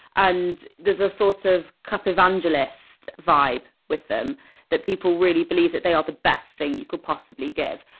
and there's a sort of cup evangelist vibe with them that people really believe that they are the best thing you could possibly give.